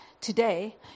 today